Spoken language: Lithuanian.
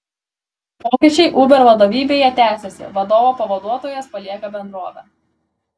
pokyčiai uber vadovybėje tęsiasi vadovo pavaduotojas palieka bendrovę